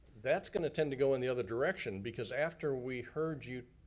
that's gonna tend to go in the other direction, because after we heard you